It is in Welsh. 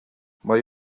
mae